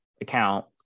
account